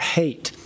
hate